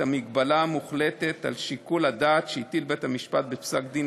המגבלה המוחלטת על שיקול הדעת שהטיל בית-המשפט בפסק-דין